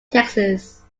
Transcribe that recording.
texas